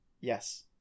Yes